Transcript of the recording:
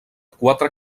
quatre